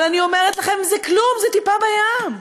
אבל אני אומרת לכם: זה כלום, זו טיפה בים.